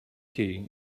key